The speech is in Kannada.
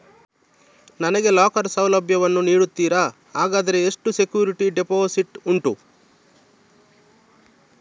ನನಗೆ ಲಾಕರ್ ಸೌಲಭ್ಯ ವನ್ನು ನೀಡುತ್ತೀರಾ, ಹಾಗಾದರೆ ಎಷ್ಟು ಸೆಕ್ಯೂರಿಟಿ ಡೆಪೋಸಿಟ್ ಉಂಟು?